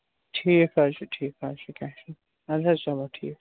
ٹھیٖک حظ چھُ ٹھیٖک حظ چھُ کیٚنٛہہ چھُنہٕ اَدٕ حظ چلو ٹھیٖک چھُ